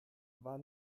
war